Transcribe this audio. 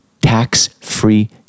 tax-free